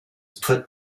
put